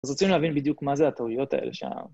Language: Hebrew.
אז רצינו להבין בדיוק מה זה הטעויות האלה שם.